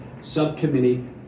subcommittee